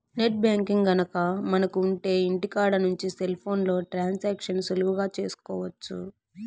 net banking గనక మనకు ఉంటె ఇంటికాడ నుంచి సెల్ ఫోన్లో ట్రాన్సాక్షన్స్ సులువుగా చేసుకోవచ్చు